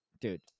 dude